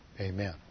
Amen